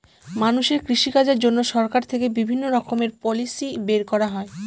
মানুষের কৃষিকাজের জন্য সরকার থেকে বিভিণ্ণ রকমের পলিসি বের করা হয়